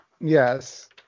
Yes